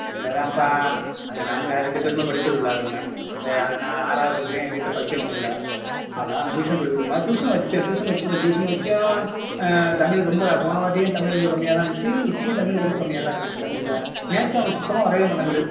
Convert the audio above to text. இது தான்பா அவங்க நாங்கள் ரெண்டு பேருமே படிப்பறிவு இல்லாதவங்க இதை நான் ஆறாவது படிச்சேன் என் வீட்டில் படிச்சவங்க இல்லை அதான் டியூசன் சொல்லிக்கொடுக்கணுமா டியூசன் வச்சேன் டியூசன் வச்சும் டியூசன் வச்சும் ம் தமிழ் ரொம்ப போனவாட்டியும் தமிழ் ரொம்ப கம்மியாகதான் இருந்துச்சி இப்போயும் தமிழ் ரொம்ப கம்மியாகதான் இருக்குது தமிழில் மேக்ஸ் அவனுக்கு சுத்தமாக வரவே மாட்டேங்குது